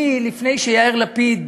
לפני שיאיר לפיד